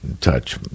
touch